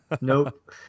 nope